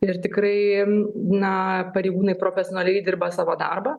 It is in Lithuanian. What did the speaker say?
ir tikrai na pareigūnai profesionaliai dirba savo darbą